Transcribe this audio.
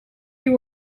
you